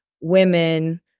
women